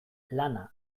lana